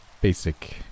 Basic